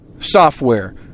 software